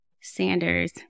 Sanders